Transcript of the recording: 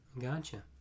gotcha